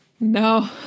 no